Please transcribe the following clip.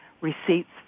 receipts